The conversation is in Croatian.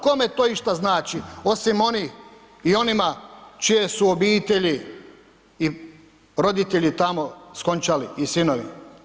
Kome to išta znači osim onih i onima čije su obitelji i roditelji tamo skončali i sinovi?